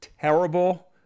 terrible